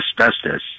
asbestos